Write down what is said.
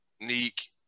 Neek